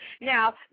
Now